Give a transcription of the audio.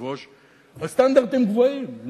הסטנדרטים גבוהים.